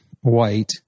white